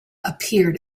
appeared